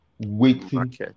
waiting